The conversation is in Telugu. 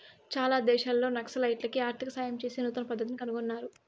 చాలా దేశాల్లో నక్సలైట్లకి ఆర్థిక సాయం చేసే నూతన పద్దతిని కనుగొన్నారు